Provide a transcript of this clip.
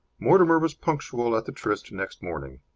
mortimer was punctual at the tryst next morning.